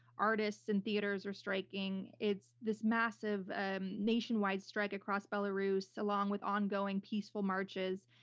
artists and theaters are striking. it's this massive ah nationwide strike across belarus, along with ongoing peaceful marches.